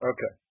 Okay